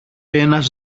ένας